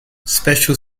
special